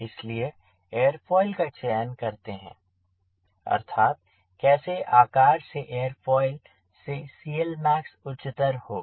इसलिए एयरोफॉयल का चयन करते हैं अर्थात कैसे आकार के एरोफोइल से CLmax उच्चतर होगा